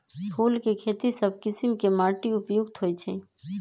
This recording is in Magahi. फूल के खेती सभ किशिम के माटी उपयुक्त होइ छइ